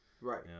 Right